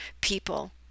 people